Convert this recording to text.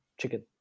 chicken